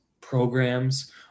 programs